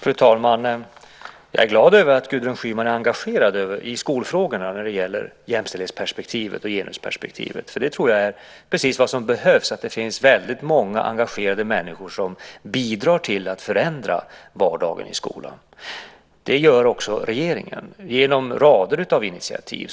Fru talman! Jag är glad att Gudrun Schyman är engagerad i skolfrågorna när det gäller jämställdhetsperspektivet och genusperspektivet. Jag tror att det är precis vad som behövs, att det finns väldigt många engagerade människor som bidrar till att förändra vardagen i skolan. Det gör också regeringen, genom rader av initiativ.